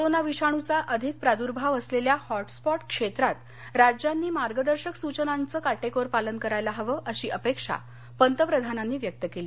corona विषाणूचा अधिक प्रादृभाव असलेल्या हॉटस्पॉट क्षेत्रात राज्यांनी मार्गदर्शक सूचनांचं काटेकोर पालन करायला हवं अशी अपेक्षा पंतप्रधानांनी व्यक्त केली